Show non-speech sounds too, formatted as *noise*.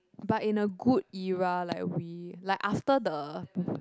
but in a good era like we like after the *noise*